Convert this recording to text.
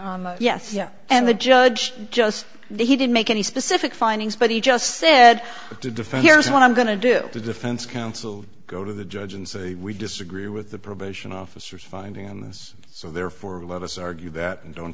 finding yes and the judge just the he didn't make any specific findings but he just said to defend here's what i'm going to do the defense counsel go to the judge and say we disagree with the probation officer finding on this so therefore let us argue that and don't